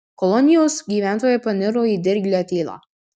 kolonijos gyventojai paniro į dirglią tylą